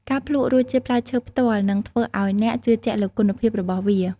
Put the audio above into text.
ការភ្លក្សរសជាតិផ្លែឈើផ្ទាល់នឹងធ្វើឱ្យអ្នកជឿជាក់លើគុណភាពរបស់វា។